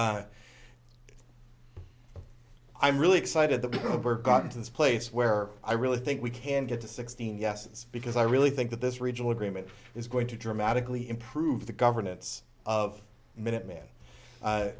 t i'm really excited that the coburg got into this place where i really think we can get to sixteen yeses because i really think that this regional agreement is going to dramatically improve the governance of minuteman